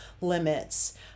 limits